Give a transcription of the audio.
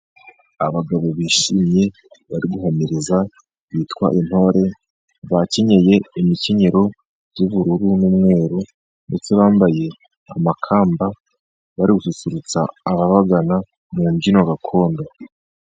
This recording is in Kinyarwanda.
Abagabo bishimye bari guhamiriza, bitwa intore. Bakenyeye imikenyero y’ubururu n’umweru, ndetse bambaye amakamba, bari gususurutsa ababagana mu mbyino gakondo.